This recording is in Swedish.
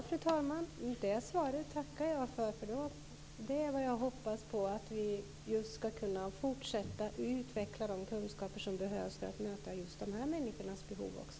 Fru talman! Detta svar tackar jag för. Vad jag hoppas på är att man skall kunna fortsätta att utveckla de kunskaper som behövs för att möta just dessa människors behov också.